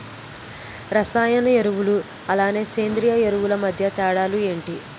రసాయన ఎరువులు అలానే సేంద్రీయ ఎరువులు మధ్య తేడాలు ఏంటి?